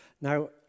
Now